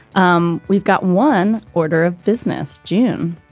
um we've got one order of business jim,